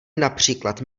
například